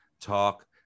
talk